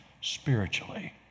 spiritually